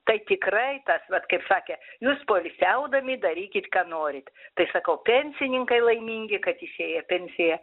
tai tikrai tas vat kaip sakė jūs poilsiaudami darykit ką norit tai sakau pensininkai laimingi kad išėję į pensiją